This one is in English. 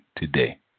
today